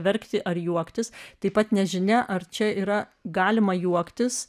verkti ar juoktis taip pat nežinia ar čia yra galima juoktis